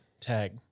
Tag